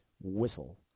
Whistle